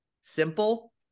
simple